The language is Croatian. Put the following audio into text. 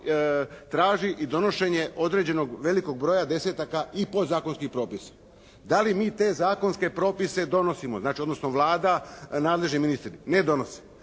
traži i donošenje određenog velikog broja desetaka i podzakonskih propisa. Da li mi te zakonske propise donosimo, znači, odnosno Vlada nadležni ministri? Ne donose.